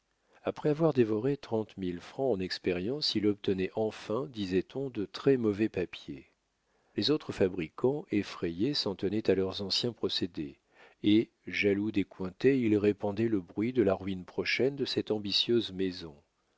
après avoir dévoré trente mille francs en expériences il obtenait enfin disait-on de très-mauvais papier les autres fabricants effrayés s'en tenaient à leurs anciens procédés et jaloux des cointet ils répandaient le bruit de la ruine prochaine de cette ambitieuse maison